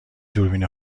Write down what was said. دوربین